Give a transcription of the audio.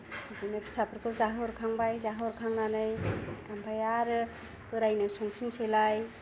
बिदिनो फिसायखौ जाहोखांबाय जाहोखांनानै ओमफाय आरो बोरायनो संफिनसैलाय